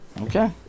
Okay